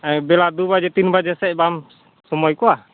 ᱵᱮᱞᱟ ᱫᱩ ᱵᱟᱡᱮ ᱛᱤᱱ ᱵᱟᱡᱮ ᱥᱮᱫ ᱵᱟᱢ ᱥᱚᱢᱳᱭ ᱠᱚᱜᱼᱟ